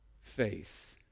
faith